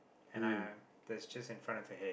and I there's just in front of the hay